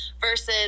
versus